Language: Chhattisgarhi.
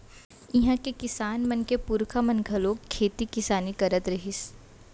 इहां के किसान मन के पूरखा मन घलोक खेती किसानी करत रिहिस